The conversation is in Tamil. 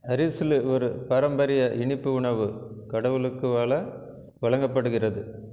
அரிஸ்லு ஒரு பாரம்பரிய இனிப்பு உணவு கடவுளுக்கு வழ வழங்கப்படுகிறது